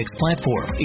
platform